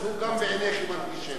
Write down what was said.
אז הוא גם בעיניכם אנטישמי.